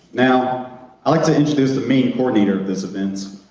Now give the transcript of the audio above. now, i'd like to introduce the main coordinator of this event.